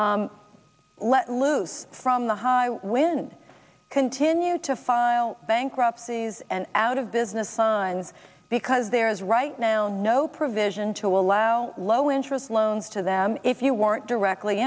let loose from the high wind continue to file bankruptcy as an out of business signs because there is right now no provision to allow low interest loans to them if you weren't directly